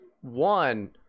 one